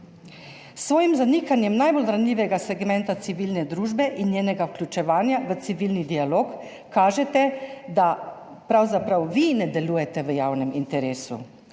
svojim zanikanjem najbolj ranljivega segmenta civilne družbe in njenega vključevanja v civilni dialog kažete, da pravzaprav vi ne delujete v javnem interesu.